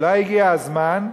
אולי הגיע הזמן,